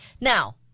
Now